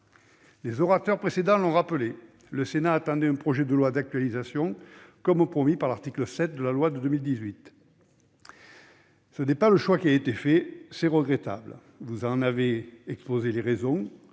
Les orateurs précédents l'ont rappelé : le Sénat attendait le projet de loi d'actualisation promis par l'article 7 de la loi de 2018. Tel n'est pas le choix qui a été fait ; c'est regrettable. Vous en avez exposé les raisons